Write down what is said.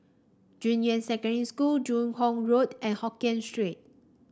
Junyuan Secondary School Joo Hong Road and Hokien Street